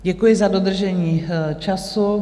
Děkuji za dodržení času.